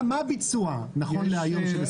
מה הביצוע נכון להיום של 2021?